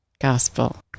gospel